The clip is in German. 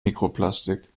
mikroplastik